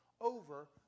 over